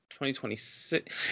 2026